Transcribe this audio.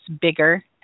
bigger